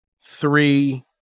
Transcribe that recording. three